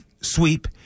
sweep